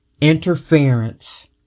interference